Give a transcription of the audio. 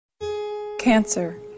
Cancer